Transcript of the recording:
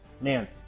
Man